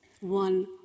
One